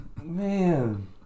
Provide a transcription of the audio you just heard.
Man